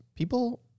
people